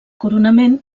coronament